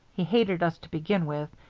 he hated us to begin with,